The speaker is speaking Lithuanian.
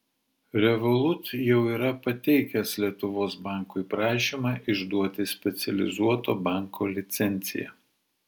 revolut jau yra pateikęs lietuvos bankui prašymą išduoti specializuoto banko licenciją